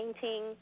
painting